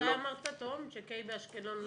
אתה אמרת, תום, שקיי באשקלון ---.